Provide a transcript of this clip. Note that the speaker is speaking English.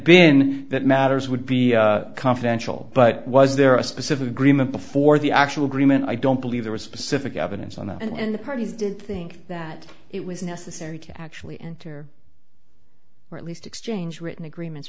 been that matters would be confidential but was there a specific agreement before the actual agreement i don't believe there was specific evidence on that and the parties didn't think that it was necessary to actually enter or at least exchange written agreements